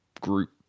group